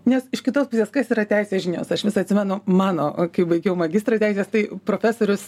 nes iš kitos pusės kas yra teisės žinios aš vis atsimenu mano kai baigiau magistrą teisės tai profesorius